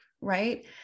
Right